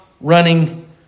running